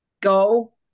go